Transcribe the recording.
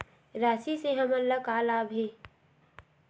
राशि से हमन ला का लाभ हे?